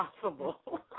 possible